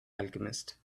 alchemist